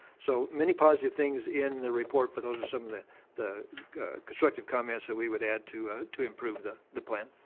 so, many positive things in the report, but those are some of the constructive comments that we would add to to improve the the plan.